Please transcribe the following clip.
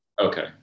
okay